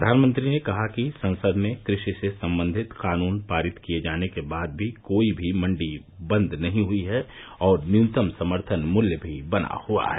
प्रधानमंत्री ने कहा कि संसद में कृषि से संबंधित कानून पारित किए जाने के बाद भी कोई भी मंडी बंद नहीं हुई है और न्यूनतम समर्थन मूल्य भी बना हुआ है